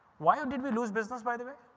why um did we lose business by the way?